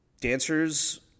dancers